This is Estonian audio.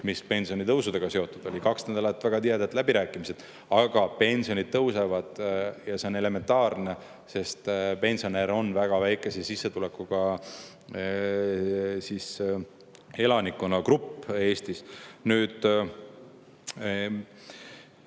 mis pensionitõusudega seotud oli. Kaks nädalat väga tihedaid läbirääkimisi, aga pensionid tõusevad ja see on elementaarne, sest pensionärid on väga väikese sissetulekuga elanikkonnagrupp Eestis. Nüüd,